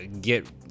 get